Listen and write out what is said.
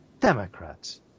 Democrats